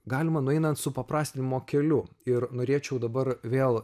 galima nueinant supaprastinimo keliu ir norėčiau dabar vėl